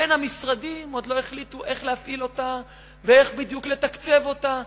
בין המשרדים עוד לא החליטו איך להפעיל אותה ואיך בדיוק לתקצב אותה,